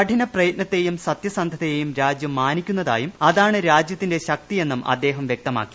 കഠിന പ്രയത്നത്തേയും സത്യസന്ധതയേയും രാജ്യം മാനിക്കുന്നതായും അതാണ് രാജ്യത്തിന്റെ ശക്തിയെന്നും അദ്ദേഹം വ്യക്തമാക്കി